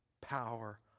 power